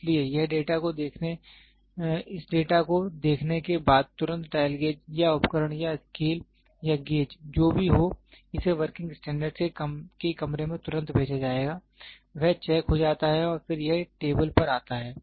इसलिए इस डेटा को देखने के बाद तुरंत डायल गेज या उपकरण या स्केल या गेज जो भी हो इसे वर्किंग स्टैंडर्ड्स के कमरे में तुरंत भेजा जाएगा वह चेक हो जाता है और फिर यह टेबल पर आता है